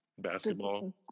Basketball